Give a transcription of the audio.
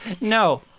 no